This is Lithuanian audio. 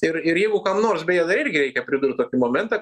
ir ir jeigu kam nors beje dar irgi reikia pridurt tokį momentą